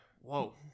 whoa